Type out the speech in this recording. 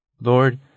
lord